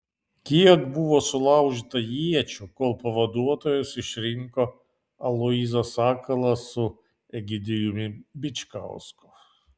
kiek buvo sulaužyta iečių kol pavaduotojas išrinko aloyzą sakalą su egidijumi bičkausku